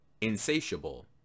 insatiable